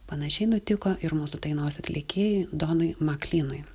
panašiai nutiko ir mūsų dainos atlikėjui donui maklynui